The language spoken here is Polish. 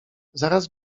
zaraz